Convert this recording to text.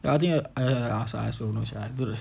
well I think I ask I ask I also don't know sia